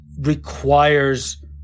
requires